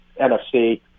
NFC